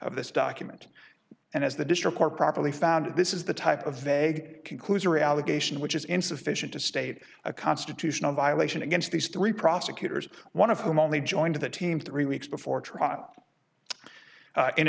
of this document and as the district more properly found this is the type of veg conclusory allegation which is insufficient to state a constitutional violation against these three prosecutors one of whom only joined the team three weeks before trial